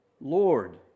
Lord